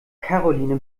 karoline